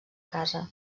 casa